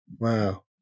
wow